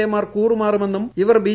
എമാർ കൂറുമാറുമെന്നും ഇവർ ബി